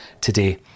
today